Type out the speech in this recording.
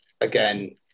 again